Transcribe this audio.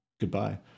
Goodbye